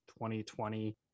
2020